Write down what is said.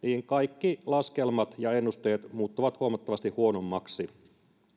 kaikki laskelmat ja ennusteet muuttuvat huomattavasti huonommiksi